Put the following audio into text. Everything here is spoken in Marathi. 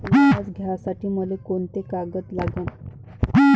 व्याज घ्यासाठी मले कोंते कागद लागन?